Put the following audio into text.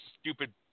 stupid